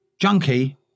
junkie